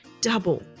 double